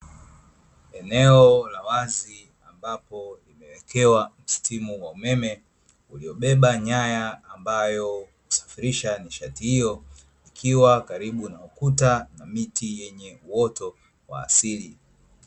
Eneo la wazi ambapo limewekewa mstimu wa umeme, uliyobeba nyaya ambayo husafirisha nishati hiyo ikiwa karibu na ukuta na miti yenye uoto wa asili.